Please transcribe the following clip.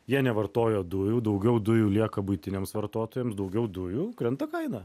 jie nevartojo dujų daugiau dujų lieka buitiniams vartotojams daugiau dujų krenta kaina